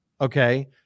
Okay